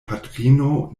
patrino